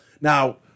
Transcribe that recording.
Now